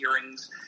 hearings